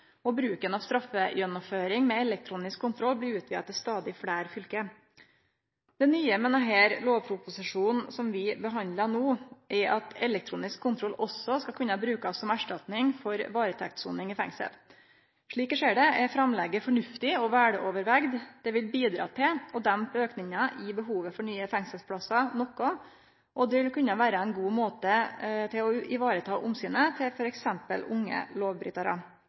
etablerast. Bruken av straffegjennomføring med elektronisk kontroll blir utvida til stadig fleire fylke. Det nye med denne lovproposisjonen som vi behandlar no, er at elektronisk kontroll også skal kunne brukast som erstatning for varetektssoning i fengsel. Slik vi ser det, er framlegget fornuftig og vel gjennomtenkt. Det vil bidra til å dempe aukinga i behovet for nye fengselsplassar noko, og det vil kunne vere ein god måte å vareta omsynet til f.eks. unge lovbrytarar